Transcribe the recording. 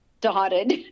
dotted